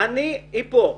היא פה.